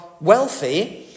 wealthy